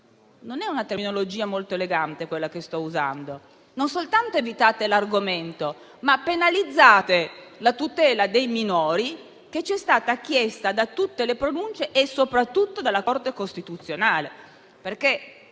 Non è una terminologia molto elegante quella che sto usando. Non soltanto evitate l'argomento, ma penalizzate la tutela dei minori che ci è stata chiesta da tutte le pronunce e soprattutto dalla Corte costituzionale.